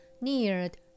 neared